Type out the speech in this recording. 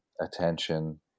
attention